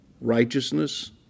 righteousness